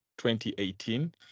2018